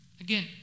Again